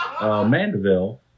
Mandeville